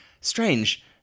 Strange